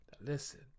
listen